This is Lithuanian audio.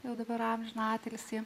jau dabar amžiną atilsį